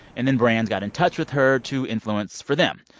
and then brands got in touch with her to influence for them.